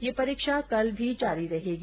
यह परीक्षा कल भी जारी रहेगी